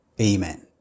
Amen